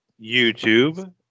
YouTube